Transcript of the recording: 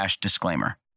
disclaimer